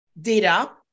data